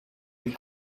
you